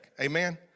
Amen